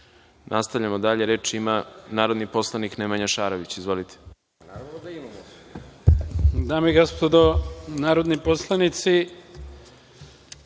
osnov.)Nastavljamo dalje. Reč ima narodni poslanik Nemanja Šarović. Izvolite.